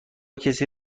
کسی